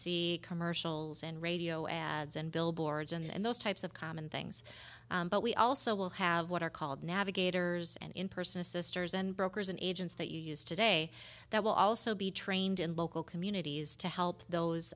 see commercials and radio ads and billboards and those types of common things but we also will have what are called navigators and in person a sisters and brokers and agents that you use today that will also be trained in local communities to help those